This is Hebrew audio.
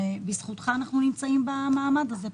ובזכותך אנחנו נמצאים במעמד הזה פה.